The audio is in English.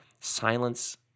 silence